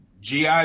GI